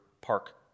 Park